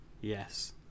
Yes